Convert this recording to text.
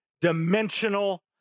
dimensional